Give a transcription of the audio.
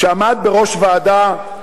שעמד בראש ועדה,